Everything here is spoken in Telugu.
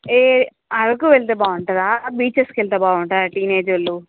ఏ అరకు వెళ్తే బాగుంటుందా బీచెస్కి వెళ్తే బాగుంటుందా టీనేజ్ వాళ్లు